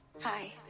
Hi